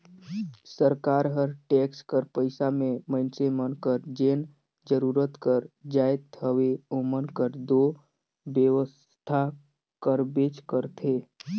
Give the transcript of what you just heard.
सरकार हर टेक्स कर पइसा में मइनसे मन कर जेन जरूरत कर जाएत हवे ओमन कर दो बेवसथा करबेच करथे